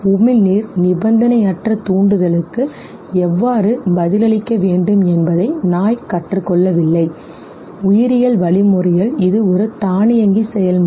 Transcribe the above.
உமிழ்நீர் நிபந்தனையற்ற தூண்டுதலுக்கு எவ்வாறு பதிலளிக்க வேண்டும் என்பதை நாய் கற்றுக் கொள்ளவில்லை உயிரியல் வழிமுறையில் இது ஒரு தானியங்கி செயல்முறை